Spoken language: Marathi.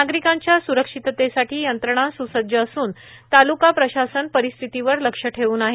नागरिकांच्या सुरक्षिततेसाठी यंत्रणा सुसज्ज असून तालुका प्रशासन परिस्थितीवर लक्ष ठेवून आहे